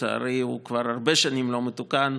ולצערי הוא כבר הרבה שנים לא מתוקן,